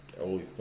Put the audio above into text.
Holy